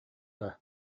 дуо